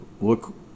look